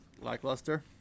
Lackluster